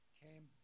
came